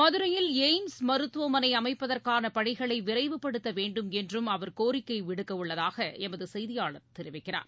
மதுரையில் எய்ம்ஸ் மருத்துவமனை அமைப்பதற்கான பணிகளை விரைவுபடுத்த வேண்டுமென்றும் அவர் கோரிக்கை விடுக்கவுள்ளதாக எமது செய்தியாளர் தெரிவிக்கிறார்